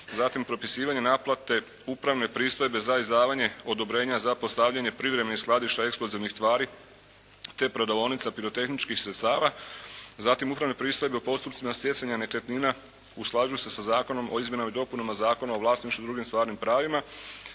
zatim propisivanje naplate upravne pristojbe za izdavanje odobrenja za postavljanje privremenih skladišta eksplozivnih tvari te prodavaonica pirotehničkih sredstava. Zatim upravne pristojbe u postupcima stjecanja nekretnina usklađuju se sa Zakonom o izmjenama i dopunama Zakona o vlasništvu i drugim stvarnim pravima,